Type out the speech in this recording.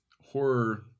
horror